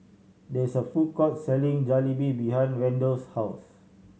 there is a food court selling Jalebi behind Randell's house